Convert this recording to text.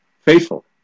Faithful